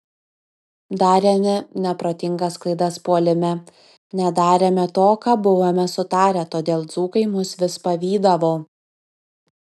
darėme neprotingas klaidas puolime nedarėme to ką buvome sutarę todėl dzūkai mus vis pavydavo